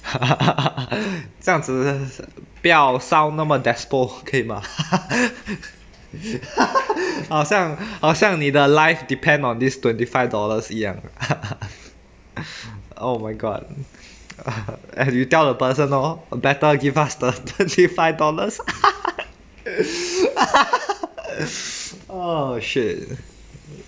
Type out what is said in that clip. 这样子不要 sound 那么 despo 可以吗 好像好像你的 life depend on these twenty five dollars 一样 oh my god you tell the person lor better give us thirty five dollars oh shit